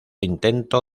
intento